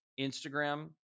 Instagram